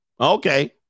Okay